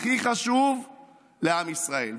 הכי חשוב לעם ישראל.